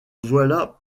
voilà